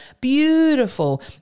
beautiful